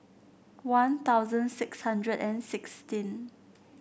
One Thousand six hundred and sixteen